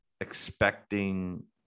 expecting